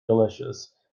delicious